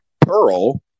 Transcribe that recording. Pearl